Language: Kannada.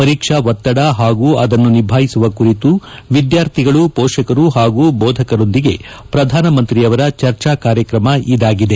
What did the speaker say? ಪರೀಕ್ಷಾ ಒತ್ತದ ಹಾಗೂ ಅದನ್ನು ನಿಭಾಯಿಸುವ ಕುರಿತು ವಿದ್ಯಾರ್ಥಿಗಳು ಪೋಷಕರು ಹಾಗೂ ಬೋಧಕರರೊಂದಿಗೆ ಪ್ರಧಾನಮಂತ್ರಿಯವರ ಚರ್ಚಾ ಕಾರ್ಯಕ್ರಮ ಇದಾಗಿದೆ